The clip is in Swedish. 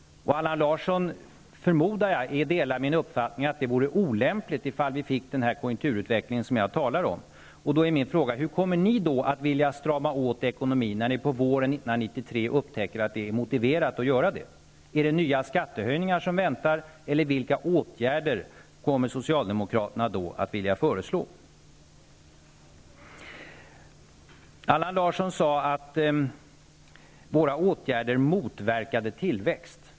Allan Larsson delar, förmodar jag, min uppfattning att det vore olämpligt att föra den politiken i fall vi fick den konjunkturutveckling som jag talar om. Då är min fråga: Hur kommer ni då att vilja strama åt ekonomin, när ni på våren 1993 upptäcker att det är motiverat att göra det? Är det nya skattehöjningar som väntar, eller vilka åtgärder kommer socialdemokraterna då att vilja föreslå? Allan Larsson sade att våra åtgärder motverkar tillväxt.